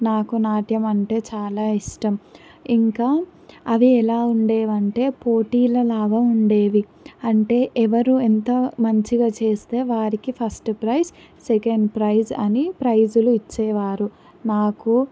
నాకు నాట్యం అంటే చాలా ఇష్టం ఇంకా అది ఎలా ఉండేవి అంటే పోటీల లాగా ఉండేవి అంటే ఎవరు ఎంత మంచిగా చేస్తే వారికి ఫస్ట్ ప్రైజ్ సెకండ్ ప్రైజ్ అని ప్రైజ్లు ఇచ్చేవారు నాకు